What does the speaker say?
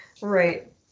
right